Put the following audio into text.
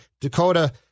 Dakota